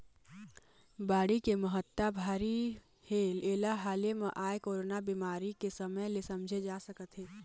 बाड़ी के महत्ता भारी हे एला हाले म आए कोरोना बेमारी के समे ले समझे जा सकत हे